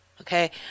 Okay